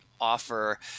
offer